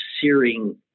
searing